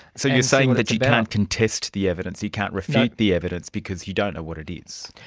so you're saying that you can't contest the evidence, you can't refute the evidence because you don't know what it is.